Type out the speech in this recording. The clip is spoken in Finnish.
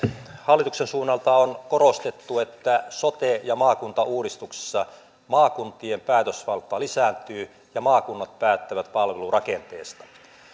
hallituksen suunnalta on korostettu että sote ja maakuntauudistuksessa maakuntien päätösvalta lisääntyy ja maakunnat päättävät palvelurakenteesta